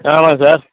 ஆ ஆமாங்க சார்